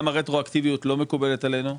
גם הרטרואקטיביות לא מקובלת עלינו.